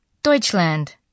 Deutschland